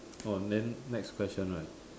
orh then next question right